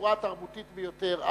שבצורה תרבותית ביותר,